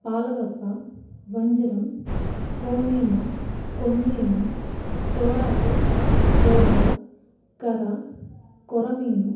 పాలగప్ప వంజరం కోనేమ కొన్నేము సోరాపు సొర్ర కర కొరమీను